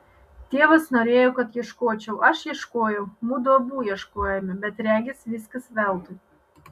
tėvas norėjo kad ieškočiau aš ieškojau mudu abu ieškojome bet regis viskas veltui